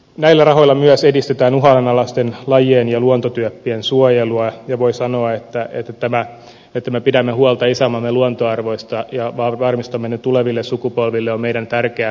näillä rahoilla myös edistetään uhanalaisten lajien ja luontotyyppien suojelua ja voi sanoa että se että me pidämme huolta isänmaamme luontoarvoista ja varmistamme ne tuleville sukupolville on meidän tärkeä velvollisuutemme päättäjinä